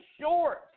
short